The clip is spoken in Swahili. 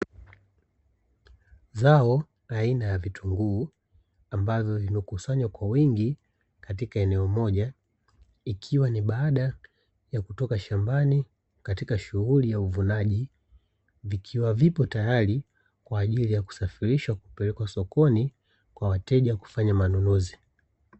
Zao la aina ya vitunguu, ambavyo vimekusanywa kwa wingi katika eneo moja, ikiwa ni baada ya kutoka shambani katika shughuli ya uvunaji, vikiwa vipo tayari kwa ajili ya kusafirishwa kupelekwa sokoni, kwa wateja kufanya manunuzi.